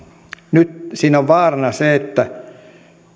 nyt siinä on vaarana se että